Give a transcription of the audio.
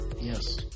Yes